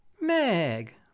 Meg